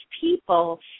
People